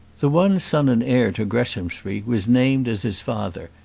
the one son and heir to greshamsbury was named as his father,